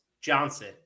Johnson